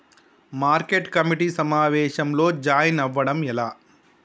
Market committee సమావేశంలో join అవ్వడం ఎలా?